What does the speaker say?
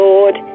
Lord